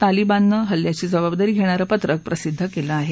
तालिबाने हल्ल्यांची जबाबदारी घेणारं पत्रक प्रसिद्ध केलं आहे